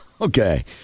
Okay